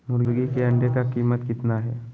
मुर्गी के अंडे का कीमत कितना है?